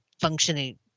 functioning